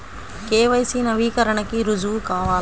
KYC నవీకరణకి రుజువు కావాలా?